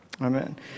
Amen